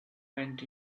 went